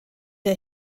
der